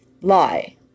lie